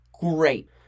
great